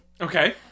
Okay